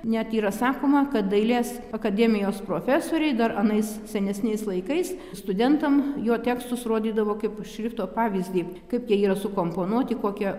net yra sakoma kad dailės akademijos profesoriai dar anais senesniais laikais studentam jo tekstus rodydavo kaip šrifto pavyzdį kaip jie yra sukomponuoti kokią